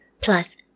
plus